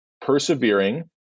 persevering